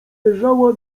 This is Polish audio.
leżała